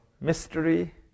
mystery